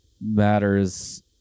matters